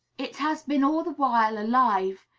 it has been all the while alive,